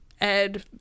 Ed